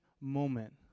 moment